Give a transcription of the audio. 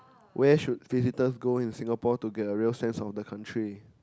where should visitors go in Singapore to get a real sense of the country